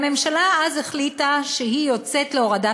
הממשלה החליטה אז שהיא יוצאת להורדת